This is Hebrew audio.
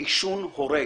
עישון הורג.